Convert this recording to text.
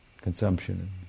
consumption